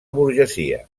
burgesia